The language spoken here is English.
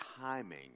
timing